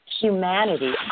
humanity